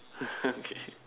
okay